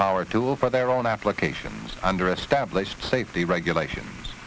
power tool for their own applications under established safety regulations